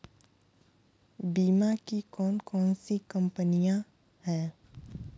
बीमा की कौन कौन सी कंपनियाँ हैं?